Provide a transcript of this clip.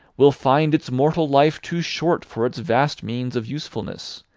will find its mortal life too short for its vast means of usefulness.